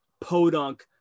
podunk